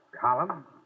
Column